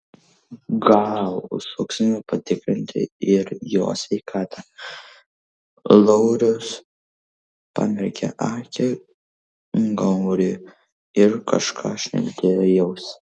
gal užsukime patikrinti ir jo sveikatą laurius pamerkė akį gauriui ir kažką šnibžtelėjo į ausį